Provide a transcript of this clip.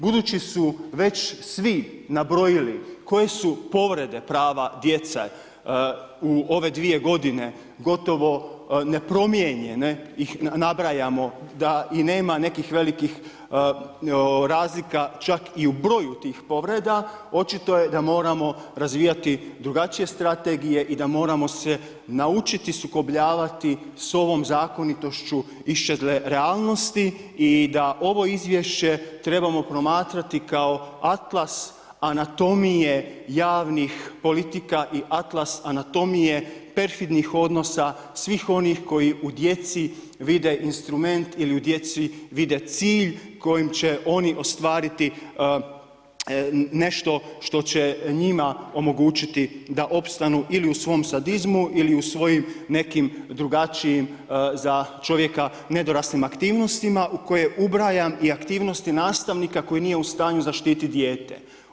Budući su već svi nabrojili koje su povrede prava djeca u ove dvije godine, gotovo, nepromijenjene, da ih ne nabrajamo, oda i nema nekih velikih razlika, čak i u broju tih povreda, očito je da moramo razvijati drugačije strategije i da moramo se naučiti sukobljavati sa ovom zakonitošću iz čeznerealnosti i da ovo izvješće trebamo promatrati kao atlas anatomije javnih politika i atlas anatomije perfirnih odnosa svih onih koji u djecu vide instrument ili u djeci vide cilj, kojim će oni ostvariti nešto što će njima omogućiti da opstanu ili u svom sadizmu ili u svojim nekim drugačijim, za čovjeka, nedoraslim aktivnostima, u koje ubrajam i aktivnosti nastavnika, koji nije u stanju zaštiti dijete.